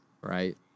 Right